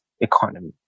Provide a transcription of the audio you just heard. economy